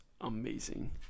amazing